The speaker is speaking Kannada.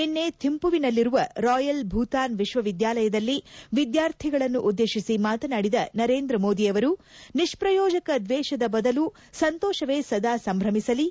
ನಿನ್ನೆ ಥಿಂಪುವಿನಲ್ಲಿರುವ ರಾಯಲ್ ಭೂತಾನ್ ವಿಕ್ಷವಿದ್ಗಾಲಯದಲ್ಲಿ ವಿದ್ಗಾರ್ಥಿಗಳನ್ನುದ್ದೇತಿಸಿ ಮಾತನಾಡಿದ ನರೇಂದ್ರ ಮೋದಿ ಅವರು ನಿಷ್ವಯೋಜಕ ದ್ವೇಷದ ಬದಲು ಸಂತೋಷವೇ ಸದಾ ಸಂಭ್ರಮಿಸಲಿ